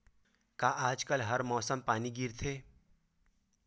का आज कल हर मौसम पानी गिरथे?